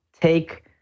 take